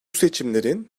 seçimlerin